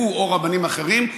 הוא או רבנים אחרים,